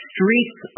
Streets